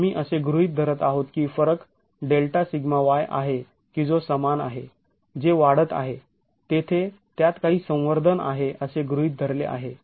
आम्ही असे गृहीत धरत आहोत की फरक Δσy आहे की जो समान आहे जे वाढत आहे तेथे त्यात काही संवर्धन आहे असे गृहीत धरले आहे